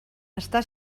està